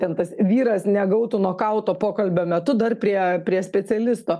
ten tas vyras negautų nokauto pokalbio metu dar prie prie specialisto